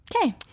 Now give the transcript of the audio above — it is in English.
Okay